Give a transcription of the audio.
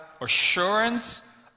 assurance